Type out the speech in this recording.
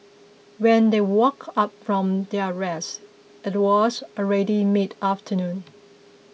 when they woke up from their rest it was already mid afternoon